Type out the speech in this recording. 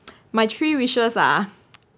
my three wishes ah